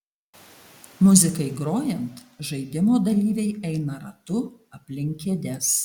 muzikai grojant žaidimo dalyviai eina ratu aplink kėdes